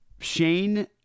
Shane